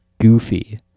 goofy